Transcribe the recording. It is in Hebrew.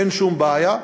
אין שום בעיה.